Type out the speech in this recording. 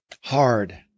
hard